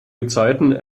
gezeiten